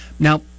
Now